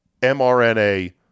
mRNA